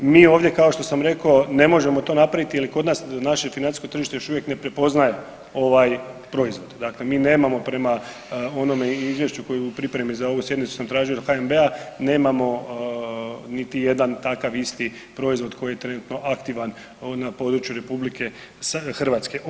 Mi ovdje, kao što sam rekao, ne možemo to napraviti jer je kod nas, naše financijsko tržište još uvijek ne prepoznaje ovaj proizvod, dakle, mi nemamo prema onome izvješću koje u pripremi za ovu sjednicu sam tražio od HNB-a, nemamo niti jedan takav isti proizvod koji je trenutno aktivan na području Republike Hrvatske.